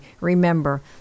remember